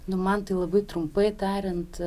nu man tai labai trumpai tariant